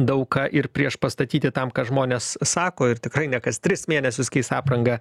daug ką ir priešpastatyti tam ką žmonės sako ir tikrai ne kas tris mėnesius keis aprangą